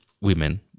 women